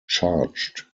charged